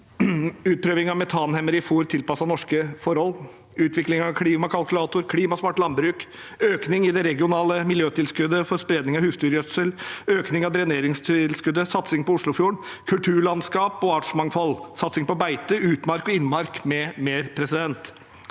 utprøving av metanhemmere i fôr tilpasset norske forhold, utvikling av klimakalkulator, klimasmart landbruk, økning i det regionale miljøtilskuddet for spredning av husdyrgjødsel, økning av dreneringstilskuddet, satsing på Oslofjorden, kulturlandskap og artsmangfold, satsing på beite, utmark og innmark, m.m. De